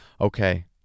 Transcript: Okay